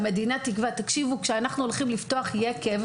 כשאנחנו הולכים לפתוח יקב,